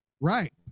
Right